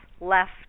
left